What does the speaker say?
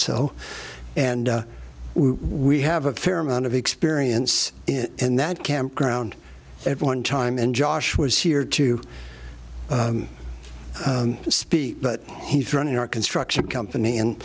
so and we have a fair amount of experience in that campground at one time and josh was here to speak but he's running our construction company and